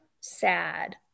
sad